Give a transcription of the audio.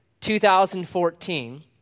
2014